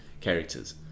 characters